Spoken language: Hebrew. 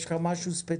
אם יש לך משהו ספציפי